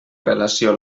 relació